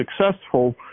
successful